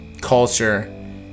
Culture